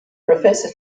professor